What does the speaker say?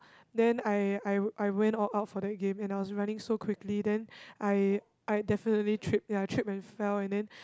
then I I I went all out for the game and I was running so quickly then I I definitely trip ya trip and fell and then